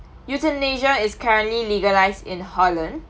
euthanasia is currently legalised in Holland